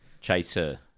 Chaser